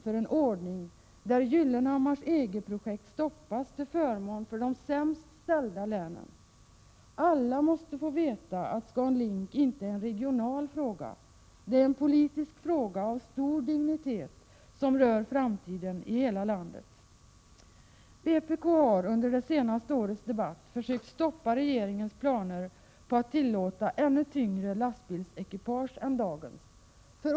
1987/88:123 ordning där Gyllenhammars EG-projekt stoppas till förmån för de sämst 19 maj 1988 ställda länen. Alla måste få veta att ScanLink inte är en regional fråga. Det är en politisk fråga av stor dignitet, en fråga som har att göra med hela landets framtid. Vpk har under de senaste årens debatt försökt stoppa regeringens planer på att tillåta ännu tyngre lastbilsekipage än dagens.